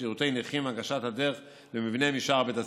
שירותי נכים והנגשת הדרך למבנה משער בית הספר.